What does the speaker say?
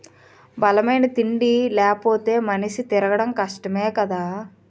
బలమైన తిండి లేపోతే మనిషి తిరగడం కష్టమే కదా